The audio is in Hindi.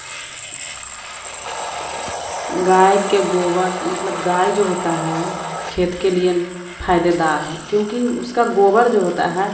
गाय के गोबर मतलब गाय जो होता है खेत के लिए फ़ायदे दार है क्योंकि उसको गोबर जो होता है